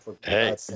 hey